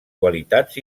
qualitats